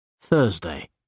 Thursday